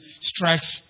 strikes